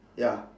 ya